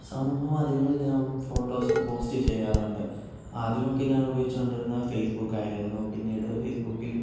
സമൂഹ മാധ്യമങ്ങളിൽ ഞാൻ ഫോട്ടോസ് പോസ്റ്റ് ചെയ്യാറുണ്ട് ആദ്യമൊക്കെ ഞാൻ ഉപയോഗിച്ചോണ്ടിരുന്നത് ഫേസ്ബുക്ക് ആയിരുന്നു പിന്നീട് ഫേസ്ബുക്കിൽ